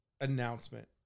announcement